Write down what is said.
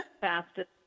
Fastest